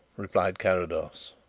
replied carrados.